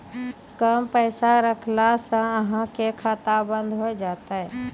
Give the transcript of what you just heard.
कम पैसा रखला से अहाँ के खाता बंद हो जैतै?